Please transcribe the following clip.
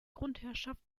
grundherrschaft